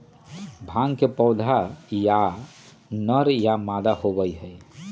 भांग के पौधा या नर या मादा होबा हई